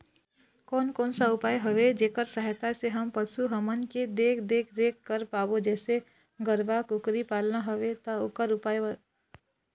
कोन कौन सा उपाय हवे जेकर सहायता से हम पशु हमन के देख देख रेख कर पाबो जैसे गरवा कुकरी पालना हवे ता ओकर उपाय?